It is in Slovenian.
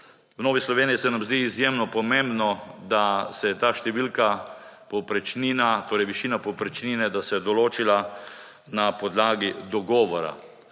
V Novi Sloveniji se nam zdi izjemno pomembno, da se je ta številka, višina povprečnine določila na podlagi dogovora.